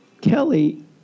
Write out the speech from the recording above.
Kelly